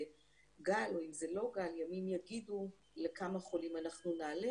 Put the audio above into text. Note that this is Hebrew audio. גל או לא גל ימים יגידו לכמה חולים אנחנו נעלה